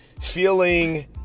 feeling